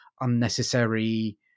unnecessary